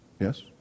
Yes